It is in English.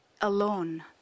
alone